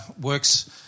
works